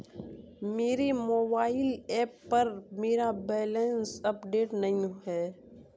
मेरे mobile app पर मेरा बैलेंस अपडेट नहीं है